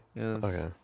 Okay